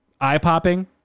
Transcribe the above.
eye-popping